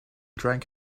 drank